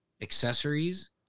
accessories